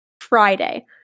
Friday